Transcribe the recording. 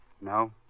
No